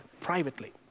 privately